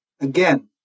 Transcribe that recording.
Again